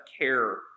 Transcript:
care